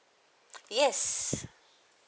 yes